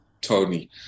Tony